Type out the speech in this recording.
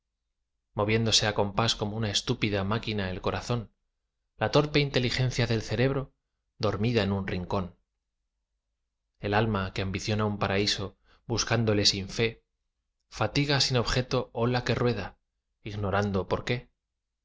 moviéndose á compás como una estúpida máquina el corazón la torpe inteligencia del cerebro dormida en un rincón el alma que ambiciona un paraíso buscándolo sin fe fatiga sin objeto ola que rueda ignorando por qué voz